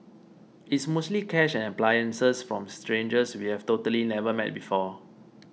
it's mostly cash and appliances from strangers we have totally never met before